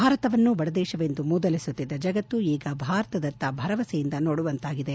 ಭಾರತವನ್ನು ಬಡದೇಶವೆಂದು ಮೂದಲಿಸುತ್ತಿದ್ದ ಜಗತ್ತು ಈಗ ಭಾರತದತ್ತ ಭರವಸೆಯಿಂದ ನೋಡುವಂತಾಗಿದೆ